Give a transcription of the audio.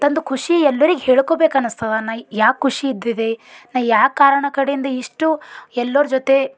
ತಂದು ಖುಷಿ ಎಲ್ಲರಿಗೆ ಹೇಳ್ಕೊಬೇಕು ಅನಿಸ್ತದ ನಾ ಯಾಕೆ ಖುಷಿ ಇದ್ದಿದೆ ನಾ ಯಾವ ಕಾರಣ ಕಡೆಯಿಂದ ಇಷ್ಟು ಎಲ್ಲರ ಜೊತೆ